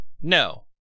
no